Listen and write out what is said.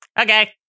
Okay